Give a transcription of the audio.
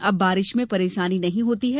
अब बारिश में परेशानी नहीं होती है